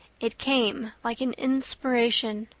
it came like an inspiration.